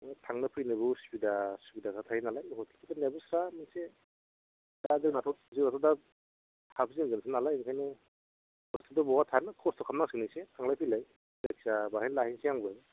थांनो फैनोबो असुबिदा सुबिदा खोथा थायो नालाय हस्थेल दोननायाबो स्रा मोनसे दा जोेंहाथ' जोंहाथ' दा हाबजेन होगोनसो नालाय ओंखायनो हष्टेलथ' बहा थानो खष्ट' खालामनांसिगोनसो थांलाय फैलाय